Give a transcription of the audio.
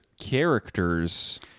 characters